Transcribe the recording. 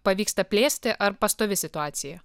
pavyksta plėsti ar pastovi situacija